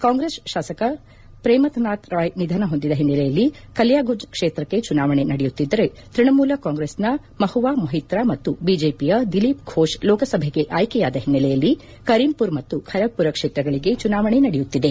ಕಾಂಗ್ರೆಸ್ ಶಾಸಕ ಶ್ರೇಮಥನಾಥ್ ರಾಯ್ ನಿಧನ ಹೊಂದಿದ ಹಿನ್ನೆಲೆಯಲ್ಲಿ ಕಲಿಯಗುಂಜ್ ಕ್ಷೇತ್ರಕ್ಷೆ ಚುನಾವಣೆ ನಡೆಯುತ್ತಿದ್ದರೆ ತ್ಪಣಮೂಲ ಕಾಂಗ್ರೆಸ್ನ ಮಹುವಾ ಮೊಹಿತ್ರಾ ಮತ್ತು ಬಿಜೆಪಿಯ ದಿಲೀಪ್ ಫೋಷ್ ಲೋಕಸಭೆಗೆ ಆಯ್ಕೆಯಾದ ಹಿನ್ನೆಲೆಯಲ್ಲಿ ಕರೀಂಪುರ್ ಮತ್ತು ಖರಗ್ಪುರ ಕ್ಷೇತ್ರಗಳಗೆ ಚುನಾವಣೆ ನಡೆಯುತ್ತಿದೆ